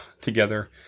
together